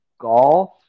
golf